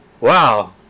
Wow